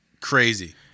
crazy